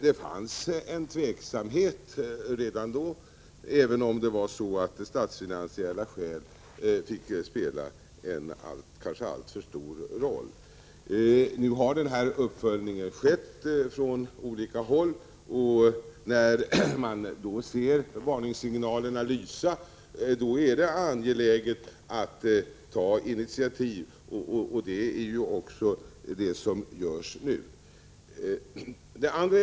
Det fanns en tveksamhet redan då, men statsfinansiella skäl fick spela en kanske alltför stor roll. Nu har en uppföljning skett på olika håll av tillämpningen, och när man ser varningssignalerna lysa är det angeläget att man tar initiativ, vilket ju också kommer att göras.